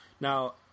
now